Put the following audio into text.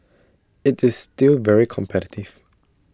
IT is still very competitive